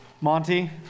Monty